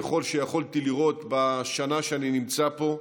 ככל שיכולתי לראות בשנה שאני נמצא פה,